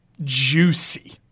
Juicy